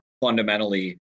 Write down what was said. fundamentally